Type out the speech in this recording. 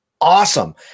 awesome